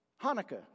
Hanukkah